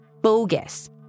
bogus